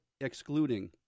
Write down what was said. excluding